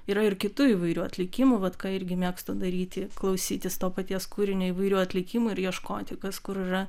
yra ir kitų įvairių atlikimų vat ką irgi mėgstu daryti klausytis to paties kūrinio įvairių atlikimų ir ieškoti kas kur yra